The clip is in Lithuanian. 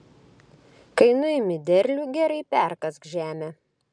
kai nuimi derlių gerai perkask žemę